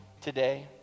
today